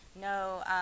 no